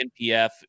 NPF